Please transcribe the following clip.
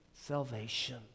salvation